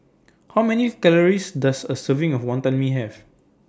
How Many Calories Does A Serving of Wantan Mee Have